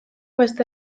beste